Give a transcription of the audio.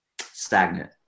stagnant